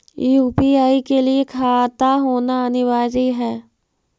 UPI के लिए खाता होना अनिवार्य है?